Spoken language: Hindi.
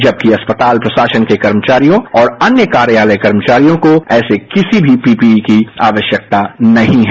जबकि अस्पताल प्रशासन के कर्मचारियों और अन्य कार्यालय कर्मचारियों को ऐसे किसी भी पीपीई की आवश्यकता नहीं है